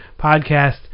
podcast